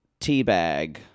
teabag